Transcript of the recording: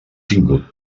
tingut